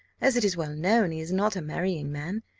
as it is well known he is not a marrying man,